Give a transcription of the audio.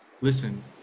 listen